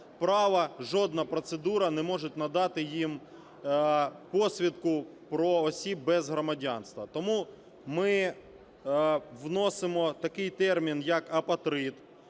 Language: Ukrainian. права, жодна процедура не може надати їм посвідку про осіб без громадянства. Тому ми вносимо такий термін, як "апатрид".